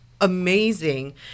amazing